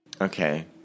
Okay